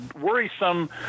worrisome